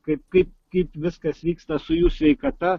kaip kaip kaip viskas vyksta su jų sveikata